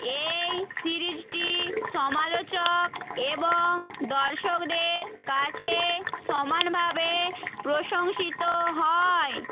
এই সিরিজটি সমালোচক এবং দর্শকদের কাছে সমানভাবে প্রশংসিত হয়